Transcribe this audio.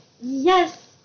Yes